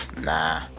Nah